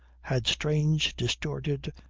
had strange, distorted,